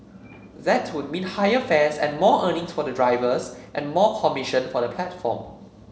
that would mean higher fares and more earnings for the drivers and more commission for the platform